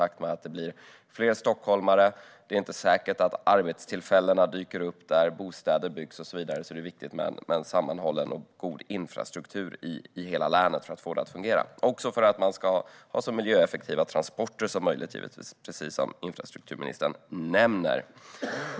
Det blir fler stockholmare, men det är inte säkert att arbetstillfällena dyker upp där bostäderna byggs. Därför är det viktigt med en sammanhållen och god infrastruktur i hela länet för att få det att fungera. Det är givetvis också fråga om att ha så miljöeffektiva transporter som möjligt, precis som infrastrukturministern nämner.